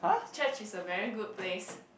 church is a very good place